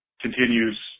continues